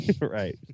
Right